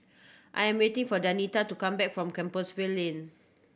I'm waiting for Danita to come back from Compassvale Lane